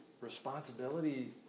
responsibility